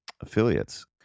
affiliates